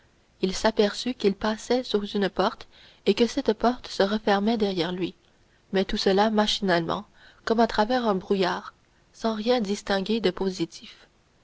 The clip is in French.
il s'aperçut qu'il passait sous une porte et que cette porte se refermait derrière lui mais tout cela machinalement comme à travers un brouillard sans rien distinguer de positif